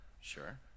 sure